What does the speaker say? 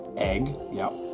egg. yep.